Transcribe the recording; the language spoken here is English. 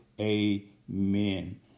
Amen